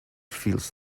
feels